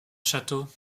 château